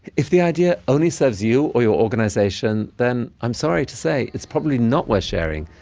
if the idea only serves you or your organization, then, i'm sorry to say, it's probably not worth sharing.